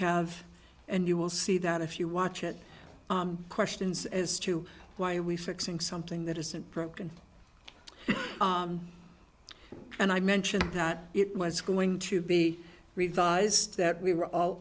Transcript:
have and you will see that if you watch it questions as to why we fixing something that isn't broken and i mentioned that it was going to be revised that we were all